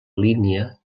línia